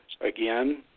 again